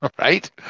right